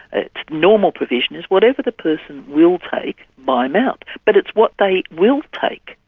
its normal provision is, whatever the person will take, by mouth. but it's what they will take,